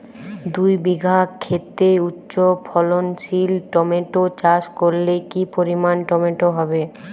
দুই বিঘা খেতে উচ্চফলনশীল টমেটো চাষ করলে কি পরিমাণ টমেটো হবে?